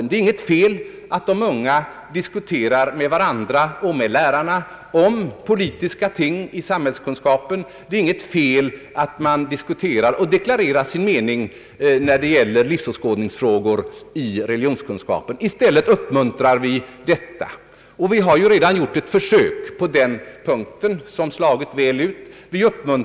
Det är inte något fel att de unga diskuterar med varandra och med lärarna om politiska ting i samhällskunskapen. Det är inte något fel att eleverna diskuterar livsåskådningsfrågor och deklarerar sin mening i religionskunskapen. I stället uppmuntrar vi detta. Vi har redan gjort ett försök på detta område, som slagit väl ut.